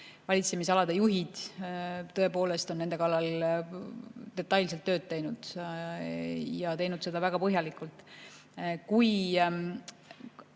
valitsemisalade juhid tõepoolest on nende kallal detailselt tööd teinud, teinud seda tööd väga põhjalikult. Kui